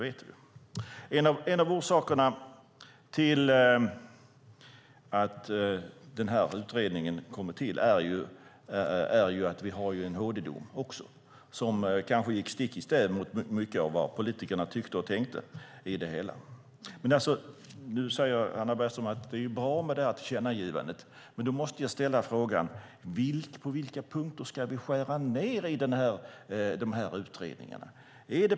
En av orsakerna till att utredningen kom till är att vi har en HD-dom som kanske gick stick i stäv med vad politikerna tyckte och tänkte. Hannah Bergstedt säger att det är bra med det här tillkännagivandet. Då måste jag fråga: På vilka punkter ska vi skära ned i utredningarna?